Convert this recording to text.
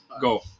go